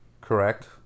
Correct